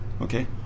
okay